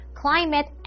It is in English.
climate